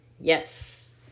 Yes